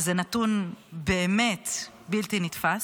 שזה נתון באמת בלתי נתפס.